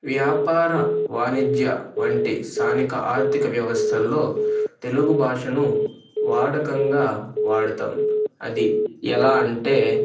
వ్యాపార వాణిజ్య వంటి స్థానిక ఆర్ధిక వ్యవస్థల్లో తెలుగు భాషను వాడకంగా వాడుతాం అది ఎలా అంటే